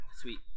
Sweet